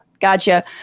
Gotcha